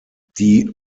die